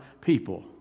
people